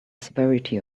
severity